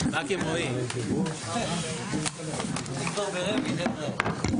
הישיבה ננעלה בשעה